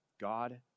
God